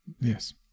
yes